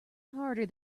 harder